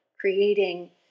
creating